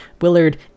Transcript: Willard